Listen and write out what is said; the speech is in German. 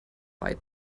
weit